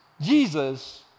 Jesus